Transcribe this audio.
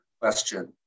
question